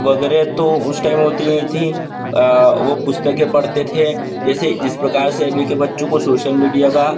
वगैरह है तो उस टाइम होती ये थीं वो पुस्तकें पढ़ते थे जैसे जिस प्रकार से अभी के बच्चों को शोशल मीडिया का